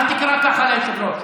אל תקרא ככה ליושב-ראש.